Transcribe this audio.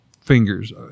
fingers